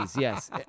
Yes